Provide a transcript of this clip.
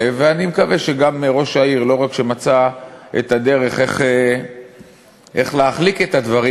ואני מקווה שגם ראש העיר לא רק מצא את הדרך להחליק את הדברים,